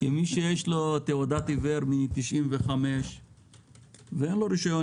כמי שיש לו תעודת עיוור משנת 1995 ואין לו רישיון